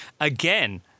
again